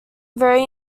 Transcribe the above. vary